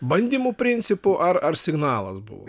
bandymų principu ar ar signalas buvo